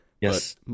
Yes